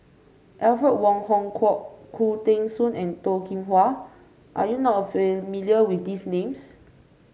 Alfred Wong Hong Kwok Khoo Teng Soon and Toh Kim Hwa are you not familiar with these names